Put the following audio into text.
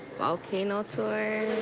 volcano tours.